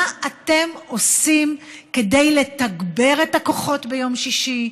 מה אתם עושים כדי לתגבר את הכוחות ביום שישי,